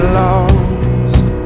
lost